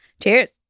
Cheers